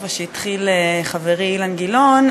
הבר-מצווה שהתחיל חברי אילן גילאון.